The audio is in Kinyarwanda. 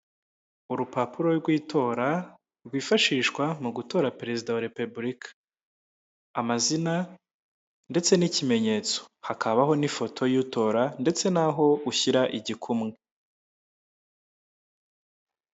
Urupapuro rw'itora rwifashishwa mu gutora perezida wa repubulika, amazina ndetse n'ikimenyetso, hakabaho n'ifoto y'utora ndetse n'aho ushyira igikumwe.